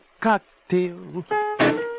cocktail